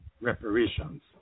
reparations